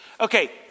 okay